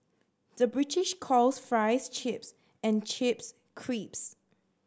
the British calls fries chips and chips crisps